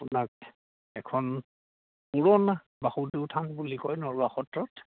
আপোনাক এখন পুৰণা বাসুদেউ থান বুলি কয় নৰুৱা সত্ৰত